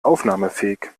aufnahmefähig